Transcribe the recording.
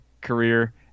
career